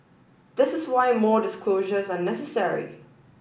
this is why more disclosures are necessary